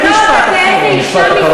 איזו אישה מסכנה.